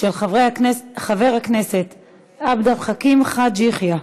של חבר הכנסת עבד אל חכים חאג' יחיא.